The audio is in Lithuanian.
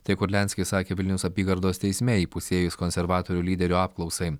tai kurlianskis sakė vilniaus apygardos teisme įpusėjus konservatorių lyderio apklausai